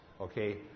Okay